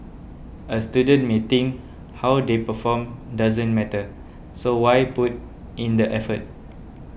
a student may think how they perform doesn't matter so why put in the effort